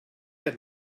had